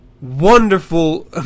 Wonderful